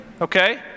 okay